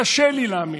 קשה לי להאמין,